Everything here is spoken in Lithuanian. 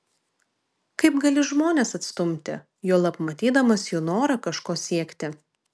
kaip gali žmones atstumti juolab matydamas jų norą kažko siekti